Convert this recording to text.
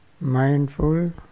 mindful